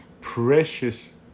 precious